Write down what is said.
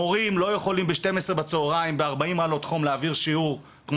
מורים לא יכולים להעביר שיעור ספורט ב-12:00 בצהרים ב-40 מעלות חום,